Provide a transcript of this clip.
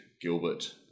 Gilbert